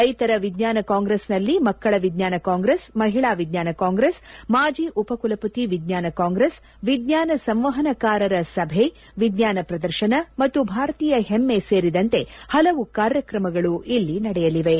ರೈತರ ವಿಜ್ಞಾನ ಕಾಂಗ್ರೆಸ್ನಲ್ಲಿ ಮಕ್ಕಳ ವಿಜ್ಞಾನ ಕಾಂಗ್ರೆಸ್ ಮಹಿಳಾ ವಿಜ್ಞಾನ ಕಾಂಗ್ರೆಸ್ ಮಾಜಿ ಉಪ ಕುಲಪತಿ ವಿಜ್ಞಾನ ಕಾಂಗ್ರೆಸ್ ವಿಜ್ಞಾನ ಸಂವಾಪನಕಾರರ ಸಭೆ ವಿಜ್ಞಾನ ಶ್ರದರ್ಶನ ಮತ್ತು ಭಾರತೀಯ ಹೆಮ್ಮೆ ಸೇರಿದಂತೆ ಹಲವು ಕಾರ್ಯಕ್ರಮಗಳು ಇಲ್ಲಿ ನಡೆಯಲಿವೆ